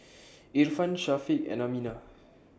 Irfan Syafiq and Aminah